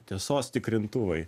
tiesos tikrintuvai